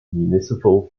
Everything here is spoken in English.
municipal